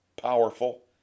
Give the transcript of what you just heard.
powerful